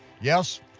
yes,